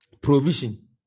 Provision